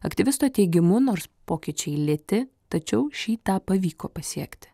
aktyvisto teigimu nors pokyčiai lėti tačiau šį tą pavyko pasiekti